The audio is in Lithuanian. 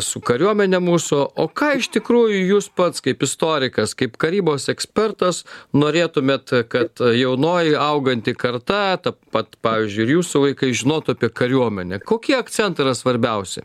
su kariuomene mūsų o ką iš tikrųjų jūs pats kaip istorikas kaip karybos ekspertas norėtumėt kad jaunoji auganti karta ta pat pavyzdžiui ir jūsų vaikai žinotų apie kariuomenę kokie akcentai yra svarbiausi